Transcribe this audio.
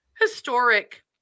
Historic